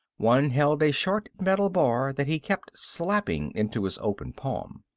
one held a short metal bar that he kept slapping into his open palm.